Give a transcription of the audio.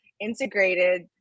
integrated